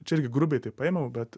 čia irgi grubiai taip paėmiau bet